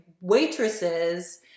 waitresses